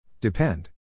Depend